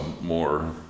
more